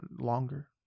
longer